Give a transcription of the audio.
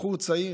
בחור צעיר,